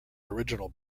original